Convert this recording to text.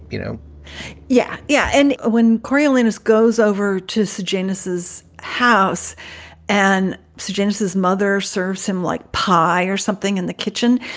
you know yeah. yeah. and ah when coriolanus goes over to, say, genisis house and so sargents, his mother serves him like pie or something in the kitchen.